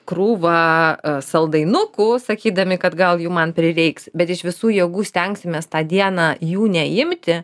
krūvą saldainukų sakydami kad gal jų man prireiks bet iš visų jėgų stengsimės tą dieną jų neimti